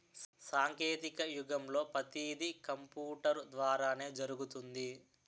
సాంకేతిక యుగంలో పతీది కంపూటరు ద్వారానే జరుగుతుంది